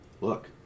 Look